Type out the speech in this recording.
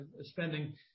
spending